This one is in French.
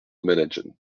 management